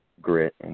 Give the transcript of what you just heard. grit